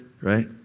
right